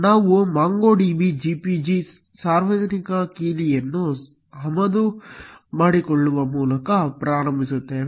ನಾವು MongoDB GPG ಸಾರ್ವಜನಿಕ ಕೀಲಿಯನ್ನು ಆಮದು ಮಾಡಿಕೊಳ್ಳುವ ಮೂಲಕ ಪ್ರಾರಂಭಿಸುತ್ತೇವೆ